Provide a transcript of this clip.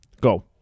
Go